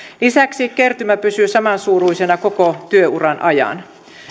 lisäksi kertymä pysyy samansuuruisena koko työuran ajan